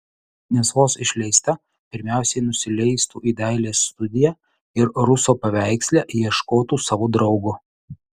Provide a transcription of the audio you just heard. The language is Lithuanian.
nes vos išleista pirmiausiai nusileistų į dailės studiją ir ruso paveiksle ieškotų savo draugo